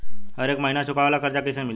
हरेक महिना चुकावे वाला कर्जा कैसे मिली?